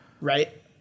right